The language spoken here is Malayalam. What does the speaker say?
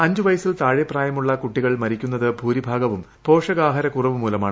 അഞ്ച് വയസ്സിൽ താഴെപ്രായമുള്ള കുട്ടികൾ മരിക്കുന്നത് ഭൂരിഭാഗവും പോഷകാഹാര ക്കുറവ് മൂലമാണ്